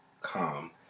calm